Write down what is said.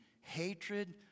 hatred